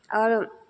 आओर